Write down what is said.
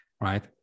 Right